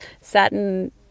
satin